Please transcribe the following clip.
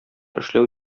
эшләү